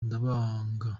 ndabaga